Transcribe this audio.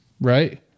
right